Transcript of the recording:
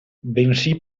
bensì